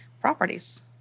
properties